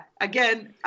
Again